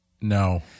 No